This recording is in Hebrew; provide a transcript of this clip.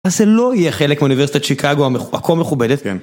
אז זה לא יהיה חלק מאוניברסיטת שיקגו הכה מכובדת.